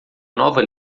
nova